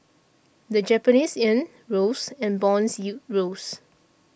the Japanese yen rose and bond yields rose